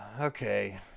Okay